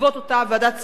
בעקבות אותה ועדת שרים,